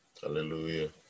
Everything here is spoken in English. Hallelujah